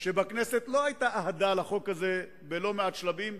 שבכנסת לא היתה אהדה לחוק הזה בלא מעט שלבים,